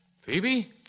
Phoebe